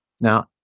now